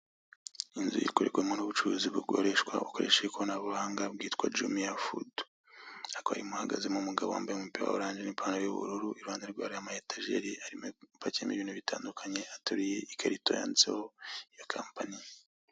Inzu ikorerwamo n'ubucuruzi bukoreshwa ukoresheje ikoranabuhanga bwitwa Jumia Food akora muhagazemo umugabo wambaye umupira wa orange n'ipantaro y'ubururu iruhande rwe harimo etajeri arimo apakira n'ibintu bitandukanye ateruye ikarito yanditseho ya kompanyi.